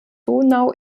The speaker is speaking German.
donau